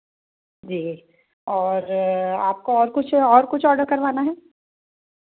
जी और आपका और कुछ और कुछ ऑर्डर करवाना है